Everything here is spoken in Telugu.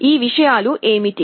ఈ విషయాలు ఏమిటి